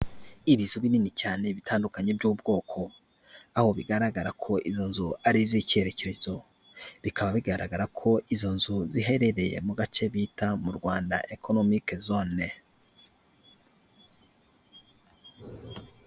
Ibizu binini cyane bitandukanye by'ubwoko, aho bigaragara ko izo nzu ari iz'icyerekezo, bikaba bigaragara ko izo nzu ziherereye mu gace bita mu Rwanda economical zone.